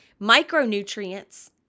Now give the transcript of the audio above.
Micronutrients